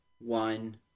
one